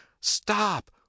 Stop